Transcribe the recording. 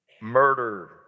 murder